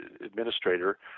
administrator